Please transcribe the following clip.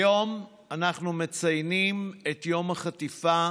היום אנחנו מציינים את יום החטיפה